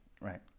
Right